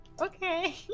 Okay